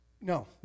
No